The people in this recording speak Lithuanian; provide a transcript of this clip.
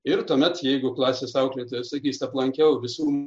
ir tuomet jeigu klasės auklėtojai sakys aplankiau visų